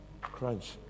crunch